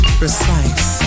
precise